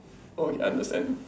hope he understand